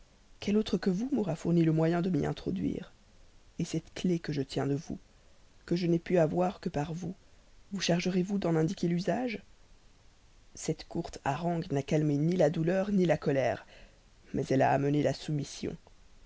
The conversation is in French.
quel autre que vous m'aura fourni le moyen de m'y introduire cette clef que je tiens de vous que je n'ai pu avoir que par vous vous chargez-vous d'en indiquer l'usage cette courte harangue n'a calmé ni la douleur ni la colère mais elle a amené la soumission